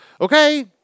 Okay